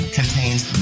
contains